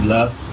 Love